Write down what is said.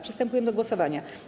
Przystępujemy do głosowania.